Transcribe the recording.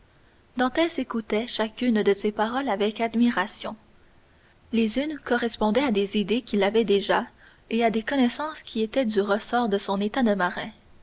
dantès écoutait chacune de ses paroles avec admiration les unes correspondaient à des idées qu'il avait déjà et à des connaissances qui étaient du ressort de son état de marin